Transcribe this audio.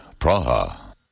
Praha